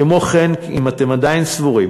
כמו כן, אם אתם עדיין סבורים